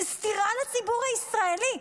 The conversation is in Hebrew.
זו סטירה לציבור הישראלי.